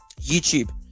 YouTube